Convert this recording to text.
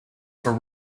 for